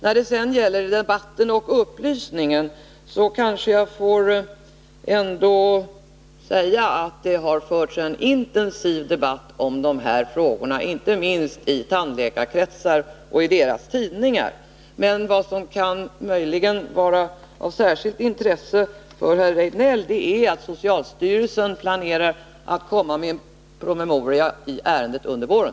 När det sedan gäller debatten och upplysningen vill jag framhålla att det har förts en intensiv debatt om dessa frågor, inte minst i tandläkarkretsar och deras tidningar. Vad som möjligen kan vara av särskilt intresse för herr Rejdnell är att socialstyrelsen planerar att komma med en promemoria i ärendet under våren.